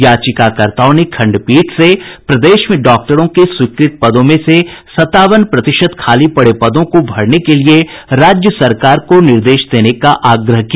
याचिकाकर्ता ने खंडपीठ से प्रदेश में डॉक्टरों के स्वीकृत पदों में से सतावन प्रतिशत खाली पड़े पदों को भरने के लिये राज्य सरकार को निर्देश देने का आग्रह किया